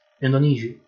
Indonesia